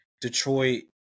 Detroit